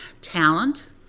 Talent